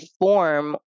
form